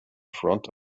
front